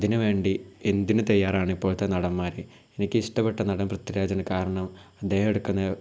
അതിനുവേണ്ടി എന്തിനും തയ്യാറാണ് ഇപ്പോഴത്തെ നടന്മാർ എനിക്കിഷ്ടപ്പെട്ട നടൻ പൃഥ്വിരാജാണ് കാരണം അദ്ദേഹം എടുക്കുന്ന